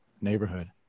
neighborhood